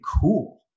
cool